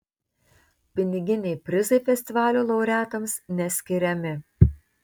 piniginiai prizai festivalio laureatams neskiriami